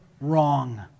Wrong